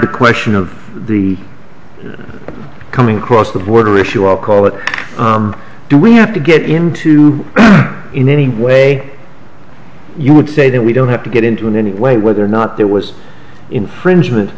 the question of the coming across the border issue all call what do we have to get into in any way you would say that we don't have to get into in any way whether or not there was infringement